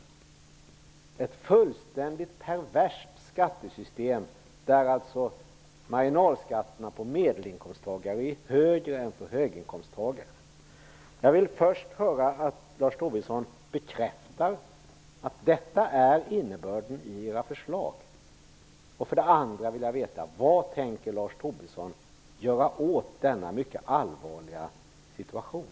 Det är ett fullständigt perverst skattesysten, där alltså marginalskatterna för medelinkomsttagare är högre än för höginkomsttagare! För det första vill jag höra Lars Tobisson bekräfta att detta är innebörden i förslagen. För det andra vill jag veta vad Lars Tobisson tänker göra åt denna mycket allvarliga situation.